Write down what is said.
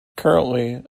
currently